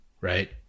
right